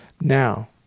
Now